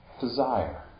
desire